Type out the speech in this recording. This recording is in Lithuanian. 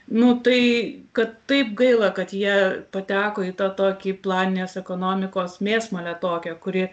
nu tai kad taip gaila kad jie pateko į tą tokį planinės ekonomikos mėsmalę tokią kuri